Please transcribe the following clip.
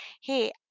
Hey